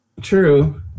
True